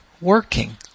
working